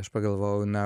aš pagalvojau na